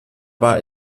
war